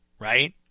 right